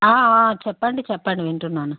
చెప్పండి చెప్పండి వింటున్నాను